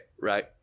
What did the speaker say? Right